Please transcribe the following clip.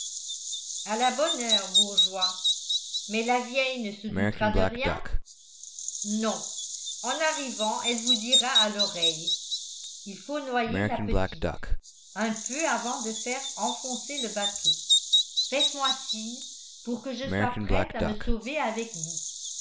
à la bonne heure bourgeois mais la vieille ne se doutera de rien non en arrivant elle vous dira à l'oreille il faut noyer la petite un peu avant de faire enfoncer le bateau faites-moi signe pour que je sois prête à me sauver avec vous